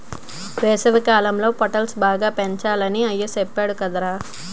వేసవికాలంలో పొటల్స్ బాగా పెంచాలని అయ్య సెప్పేడు కదరా